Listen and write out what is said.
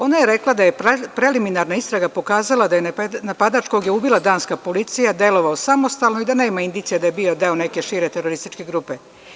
Ona je rekla da je preliminarna istraga pokazala da je napadač koga je ubila danska policija delovao samostalno i da nema indicija da je bio deo neke šire terorističke grupe.